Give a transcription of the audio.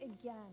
again